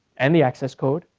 and the access code,